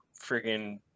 friggin